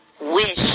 wish